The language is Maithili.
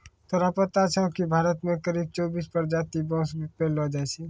तोरा पता छौं कि भारत मॅ करीब चौबीस प्रजाति के बांस पैलो जाय छै